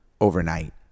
overnight